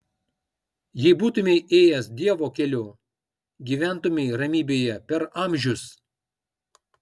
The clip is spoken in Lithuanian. jei būtumei ėjęs dievo keliu gyventumei ramybėje per amžius